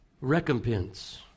Recompense